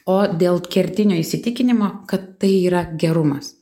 o dėl kertinio įsitikinimo kad tai yra gerumas